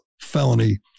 felony